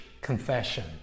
confession